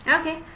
Okay